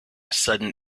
sudden